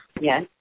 Yes